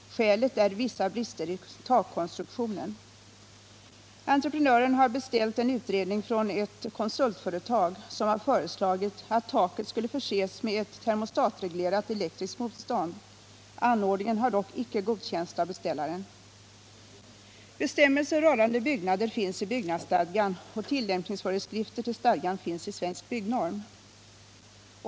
Skälet är vissa brister i takkonstruktionen. Entreprenören har beställt en utredning från ett konsultföretag som . har föreslagit att taket skall förses med ett termostatreglerat elektriskt motstånd. Anordningen har dock inte godkänts av beställaren. Bestämmelser rörande byggnader finns i byggnadsstadgan, och tilllämpningsföreskrifter till stadgan finns i Svensk byggnorm.